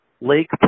Lake